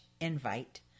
invite